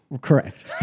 Correct